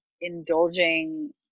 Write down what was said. indulging